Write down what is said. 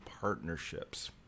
partnerships